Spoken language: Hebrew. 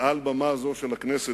מעל במה זו של הכנסת,